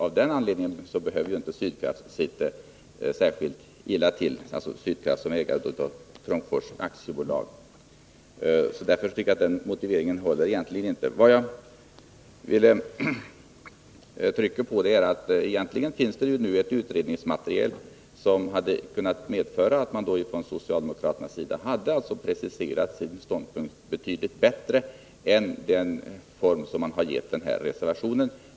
Av den anledningen sitter inte Sydkraft såsom ägare till Trångfors AB särskilt illa till. Jag tycker inte att den motiveringen håller. Vad jag trycker på är att det egentligen finns ett utredningsmaterial som hade kunnat medföra att man från socialdemokraternas sida hade preciserat sin ståndpunkt betydligt bättre än man gjort i reservationen.